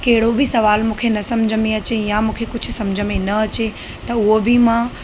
कहिड़ो बि सुवालु मूंखे न सम्झ में अचे या मूंखे कुझु सम्झ में न अचे त उहो बि मां